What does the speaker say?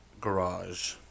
garage